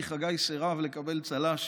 כי חגי סירב לקבל צל"ש